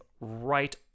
right